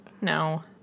No